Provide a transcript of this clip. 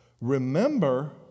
remember